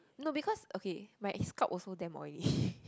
no because okay my scalp also damn oily